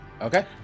Okay